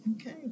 Okay